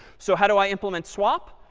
so how do i implement swap?